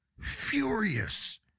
furious